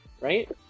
right